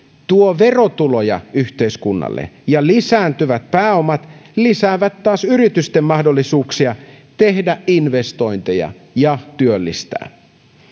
tuo verotuloja yhteiskunnalle ja lisääntyvät pääomat lisäävät taas yritysten mahdollisuuksia tehdä investointeja ja työllistää